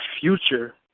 future